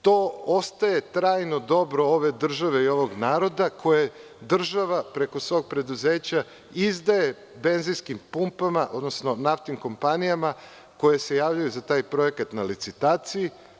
To ostaje trajno dobro ove države i ovog naroda, koje država preko svog preduzeća izdaje benzinskim pumpama, odnosno naftnim kompanijama koje se javljaju za taj projekat na licitaciji.